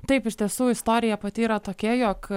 taip iš tiesų istorija pati yra tokia jog